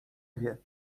wie